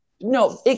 no